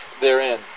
therein